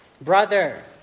Brother